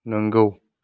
नोंगौ